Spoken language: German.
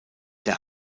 der